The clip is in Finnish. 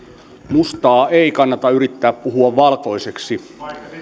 mustaa ei kannata yrittää puhua valkoiseksi